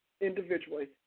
individually